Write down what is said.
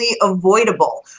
avoidable